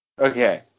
okay